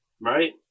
right